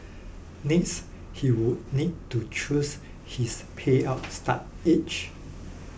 next he would need to choose his payout start age